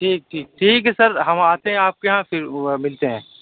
ٹھیک ٹھیک ٹھیک ہے سر ہم آتے ہیں آپ کے یہاں پھر مِلتے ہیں